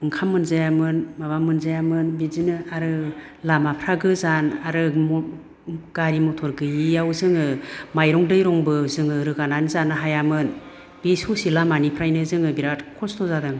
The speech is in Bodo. ओंखाम मोनजायामोन माबा मोनजायामोन बिदिनो आरो लामाफ्रा गोजान आरो गारि मटर गैयैयाव जोङो माइरं दैरंबो जोङो रोगानानै जानो हायामोन बे ससे लामानिफ्रायनो जोङो बिराथ खस्थ' जादों